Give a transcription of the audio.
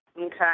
Okay